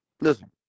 Listen